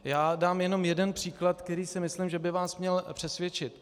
Já dám jenom jeden příklad, který si myslím, že by vás měl přesvědčit.